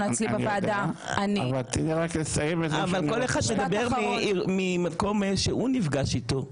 אבל כל אחד מדבר מהמקום שהוא נפגש איתו.